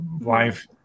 life